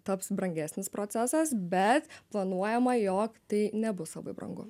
taps brangesnis procesas bet planuojama jog tai nebus labai brangu